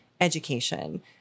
education